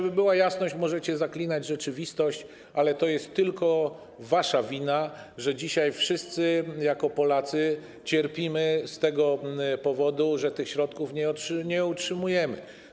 Aby była jasność, możecie zaklinać rzeczywistość, ale to jest tylko wasza wina, że dzisiaj wszyscy jako Polacy cierpimy z tego powodu, że tych środków nie otrzymujemy.